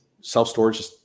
self-storage